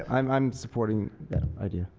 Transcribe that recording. yeah i'm i'm supporting that idea.